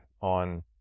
on